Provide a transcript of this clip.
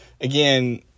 again